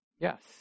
yes